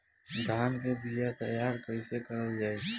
धान के बीया तैयार कैसे करल जाई?